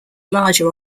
larger